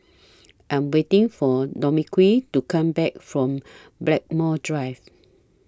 I Am waiting For Dominique to Come Back from Blackmore Drive